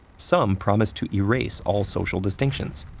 some promised to erase all social distinctions,